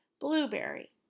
Blueberry